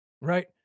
right